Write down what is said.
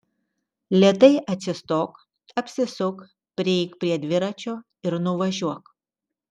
lėtai atsistok apsisuk prieik prie dviračio ir nuvažiuok